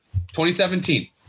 2017